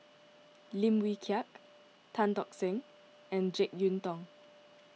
Lim Wee Kiak Tan Tock Seng and Jek Yeun Thong